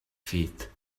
feet